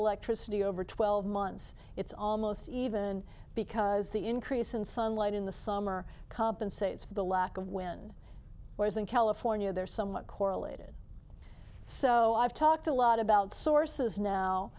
actress city over twelve months it's almost even because the increase in sunlight in the summer compensates for the lack of wind whereas in california they're somewhat correlated so i've talked a lot about sources now